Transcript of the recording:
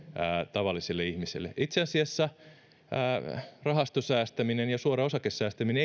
tavallisille ihmisille itse asiassa eivät rahastosäästäminen ja suora osakesäästäminen